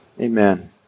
Amen